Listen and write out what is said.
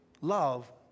love